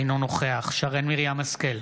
אינו נוכח שרן מרים השכל,